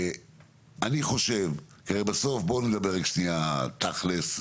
אני חושב, הרי בסוף בואו נדבר רגע שניה תכלס,